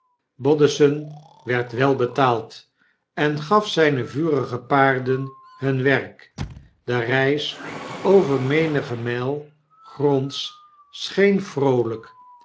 bodesson werd wel betaald en gaf zyne vurige paarden hun werk de reis over menige mijl gronds scheen vroolyk